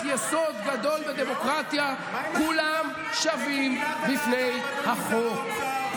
ערך יסוד גדול בדמוקרטיה: כולם שווים בפני החוק.